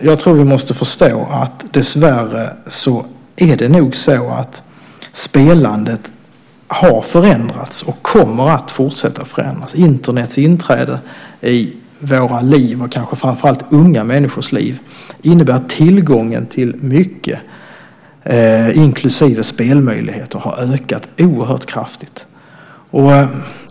jag tror att vi måste förstå att det nog dessvärre är så att spelandet har förändrats och kommer att fortsätta att förändras. Internets inträde i våra liv, och kanske framför allt i unga människors liv, innebär att tillgången till mycket, inklusive spelmöjligheter, har ökat oerhört kraftigt.